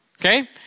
okay